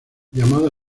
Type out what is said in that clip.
llamado